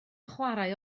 chwarae